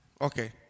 Okay